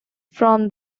from